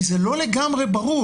כי זה לא לגמרי ברור.